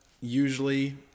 usually